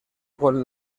con